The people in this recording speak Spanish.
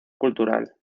cultural